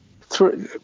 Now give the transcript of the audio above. Three